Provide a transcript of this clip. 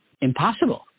impossible